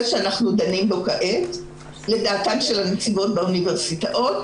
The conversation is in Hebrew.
זה שאנחנו דנים בו כעת לדעתן של הנציבות באוניברסיטאות,